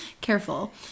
careful